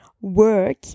work